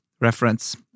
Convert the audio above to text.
Reference